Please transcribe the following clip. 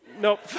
Nope